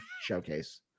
showcase